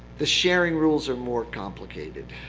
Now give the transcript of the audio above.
the sharing rules are more complicated.